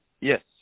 Yes